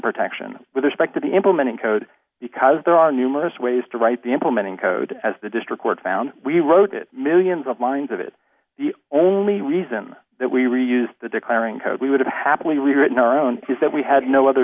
protection with respect to the implementing code because there are numerous ways to write the implementing code as the district court found we wrote it millions of lines of it the only reason that we reuse the declaring code we would have happily rewritten our own is that we had no other